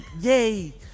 yay